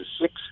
six